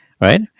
Right